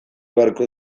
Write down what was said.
beharko